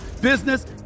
business